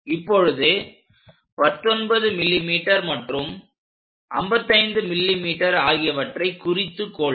இப்பொழுது 19 mm மற்றும் 55 mm ஆகியவற்றை குறித்து கொள்க